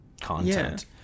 content